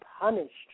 punished